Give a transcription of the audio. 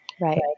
Right